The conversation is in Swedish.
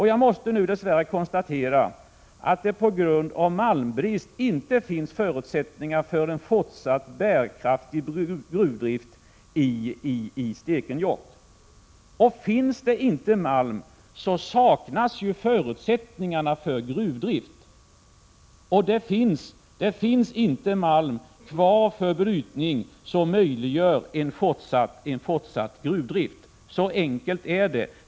Jag måste dess värre konstatera att det på grund av malmbrist nu inte finns förutsättningar för en fortsatt bärkraftig gruvdrift i Stekenjokk. Finns det inte malm, saknas ju förutsättningarna för gruvdrift. Det finns inte malm kvar för brytning som möjliggör en fortsatt gruvdrift — så enkelt är det.